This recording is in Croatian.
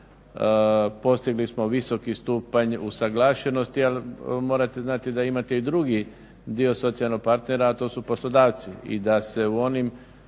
Postigli smo visoki stupanj usaglašenosti ali morate znati da imate i drugi dio socijalnog partnera a to su poslodavci i da se u onim